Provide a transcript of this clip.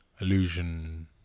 illusion